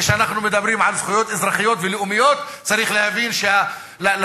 כשאנחנו מדברים על זכויות אזרחיות לאומיות צריך להבין שלערים